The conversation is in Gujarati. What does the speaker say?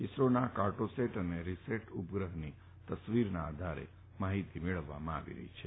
ઈસરોના કાર્ટોસેટ અને રીસેટ ઉપગ્રહ્રોની તસવીરોના આધારે માહિતી મેળવવામાં આવી રહી છે